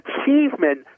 achievement